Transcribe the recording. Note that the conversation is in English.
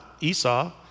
Esau